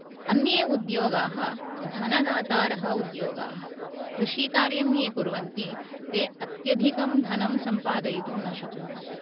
अन्ये उद्योगाः धनदातारः उद्योगाः कृषिकार्यं ये कुर्वन्ति ते अत्यधिकं धनं सम्पादयितुं न शक्नुवन्ति